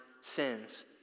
sins